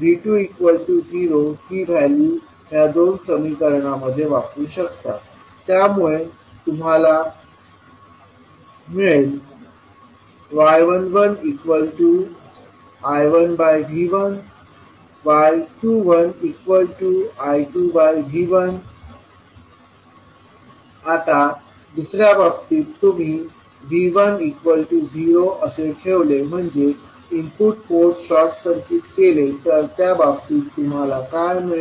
V20 ही value ह्या दोन समीकरणांमध्ये वापरू शकता त्यामुळे तुम्हाला मिळेल y11I1V1y21I2V1 आता दुसर्या बाबतीत तुम्ही V10असे ठेवले म्हणजे इनपुट पोर्ट शॉर्ट सर्किट केले तर त्या बाबतीत तुम्हाला काय मिळेल